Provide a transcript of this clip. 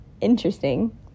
interesting